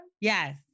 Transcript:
yes